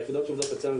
היחידות שעובדות אצלנו,